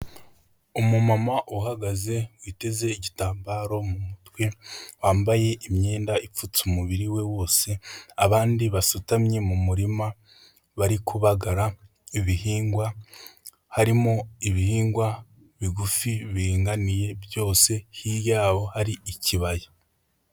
Umumama uhagaze witeze igitambaro mu mutwe, wambaye imyenda ipfutse umubiri we wose, abandi basutamye mu murima bari kubagara ibihingwa, harimo ibihingwa bigufi biringaniye byose hirya yaho hari ikibaya.